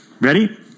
Ready